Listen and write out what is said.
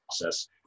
process